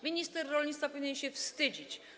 Minister rolnictwa powinien się wstydzić.